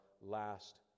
last